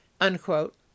unquote